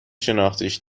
شناختیش